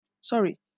Sorry